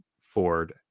Ford